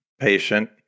patient